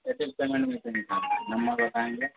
ایسی پیمنٹ